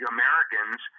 Americans